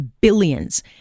billions